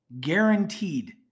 guaranteed